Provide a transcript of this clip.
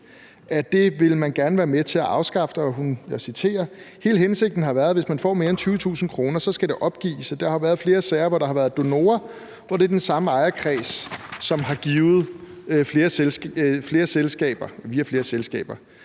den ville man gerne være med til at afskaffe. Hun sagde: »Hele hensigten har været, at hvis man får mere end 20.000 kroner, så skal det opgives. Der har jo været flere sager, hvor der har været donorer, hvor det er den samme ejerkreds, som har givet fra flere selskaber